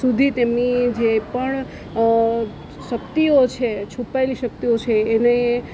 સુધી તેમની જે પણ શક્તિઓ છે છુપાયેલી શક્તિઓ છે એને